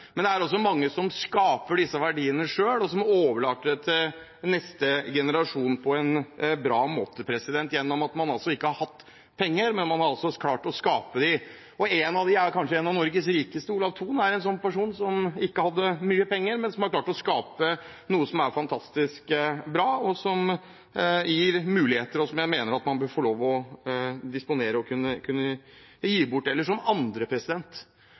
verdiene selv, og som overlater dem til neste generasjon på en bra måte – man har ikke hatt penger, men man har klart å skape dem. En av dem er en av Norges rikeste, Olav Thon. Han er en sånn person som ikke hadde mye penger, men som har klart å skape noe som er fantastisk bra, som gir muligheter, og som jeg mener at man bør få lov til å disponere og kunne gi bort. Det som